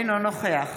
אינו נוכח